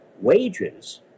wages